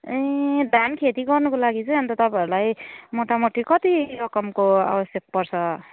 ए धान खेती गर्नुको लागि चाहिँ अन्त तपाईँहरूलाई मोटामोटी कति रकमको आवश्यक पर्छ